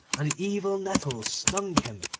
and evil nettles stung him,